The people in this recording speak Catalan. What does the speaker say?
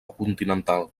continental